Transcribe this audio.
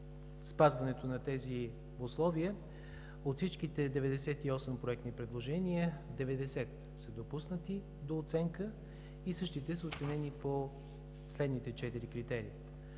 спазването на тези условия от всичките 98 проектни предложения, 90 са допуснати до оценка и същите са оценени по следните четири критерия: